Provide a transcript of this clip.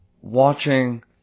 watching